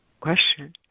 question